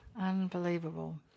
Unbelievable